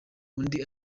undi